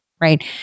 right